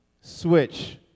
switch